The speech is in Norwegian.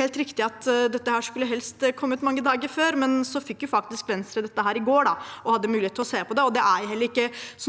helt riktig at dette helst skulle ha kommet mange dager før, men Venstre fikk faktisk dette i går og hadde mulighet til å se på det.